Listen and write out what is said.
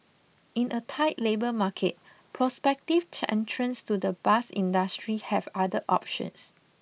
in a tight labour market prospective entrants to the bus industry have other options